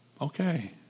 Okay